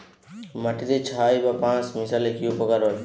মাটিতে ছাই বা পাঁশ মিশালে কি উপকার হয়?